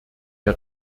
der